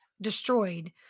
destroyed